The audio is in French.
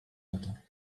matin